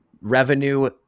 revenue